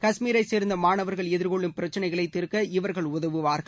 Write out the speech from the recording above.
காஷ்மீரை சேர்ந்த மாணவர்கள் எதிர்கொள்ளும் பிரச்சனைகளை தீர்க்க இவர்கள் உதவுவார்கள்